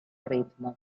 ritmo